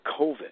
COVID